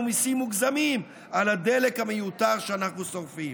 מיסים מוגזמים על הדלק המיותר שאנחנו שורפים,